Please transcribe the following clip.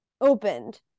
opened